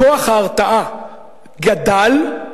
כוח ההרתעה גדל.